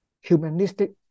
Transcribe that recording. humanistic